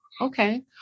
Okay